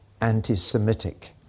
anti-Semitic